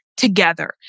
together